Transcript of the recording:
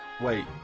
wait